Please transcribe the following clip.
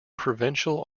provincial